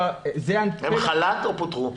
הוצאו לחל"ת או פוטרו?